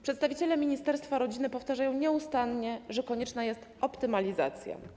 Przedstawiciele ministerstwa rodziny powtarzają nieustannie, że konieczna jest optymalizacja.